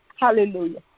hallelujah